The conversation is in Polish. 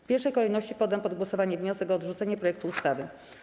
W pierwszej kolejności poddam pod głosowanie wniosek o odrzucenie projektu ustawy.